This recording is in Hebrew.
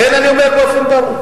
לכן אני אומר באופן ברור,